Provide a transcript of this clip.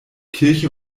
kirche